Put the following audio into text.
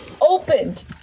opened